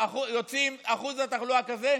כשאחוז התחלואה כזה,